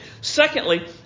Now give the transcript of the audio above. Secondly